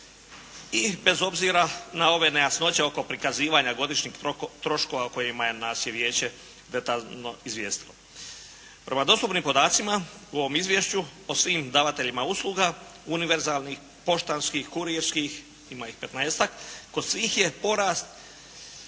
i bez obzira na ove nejasnoće oko prikazivanja godišnjih troškova o kojima nas je Vijeće detaljno izvijestilo. Prema dostupnim podacima u ovom Izvješću o svim davateljima usluga univerzalnih, poštanskih, kurirski, ima ih 15-tak, kod svih je porast